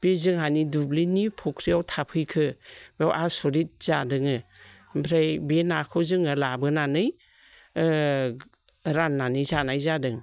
बे जोंहानि दुब्लिनि फुख्रियाव थाफैखो बेयाव आसरित जादों ओमफ्राय बे नाखौ जोङो लाबोनानै राननानै जानाय जादों